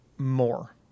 More